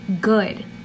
good